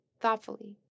thoughtfully